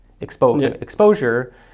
exposure